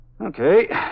Okay